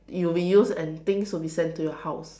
you will reuse and things will be sent to your house